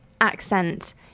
accent